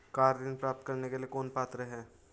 Car ऋण प्राप्त करने के लिए कौन पात्र है?